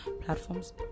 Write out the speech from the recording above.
platforms